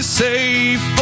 safe